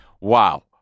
Wow